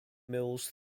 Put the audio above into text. mills